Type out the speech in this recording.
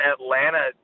Atlanta